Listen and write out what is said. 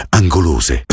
angolose